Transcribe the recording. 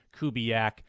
Kubiak